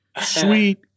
Sweet